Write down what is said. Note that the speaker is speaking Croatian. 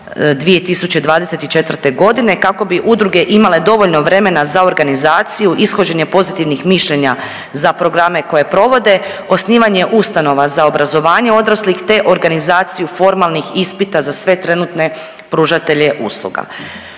2024. godine kako bi udruge imale dovoljno vremena za organizaciju, ishođenje pozitivnih mišljenja za programe koje provode, osnivanje ustanova za obrazovanje odraslih, te organizaciju formalnih ispita za sve trenutne pružatelje usluga.